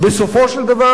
בסופו של דבר,